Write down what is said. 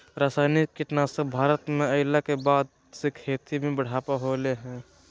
रासायनिक कीटनासक भारत में अइला के बाद से खेती में बढ़ावा होलय हें